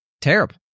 terrible